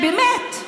באמת,